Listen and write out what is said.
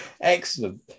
Excellent